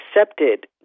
accepted